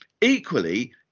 equally